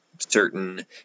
Certain